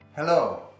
Hello